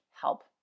help